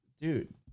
Dude